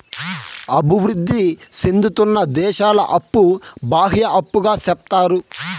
అభివృద్ధి సేందుతున్న దేశాల అప్పు బాహ్య అప్పుగా సెప్తారు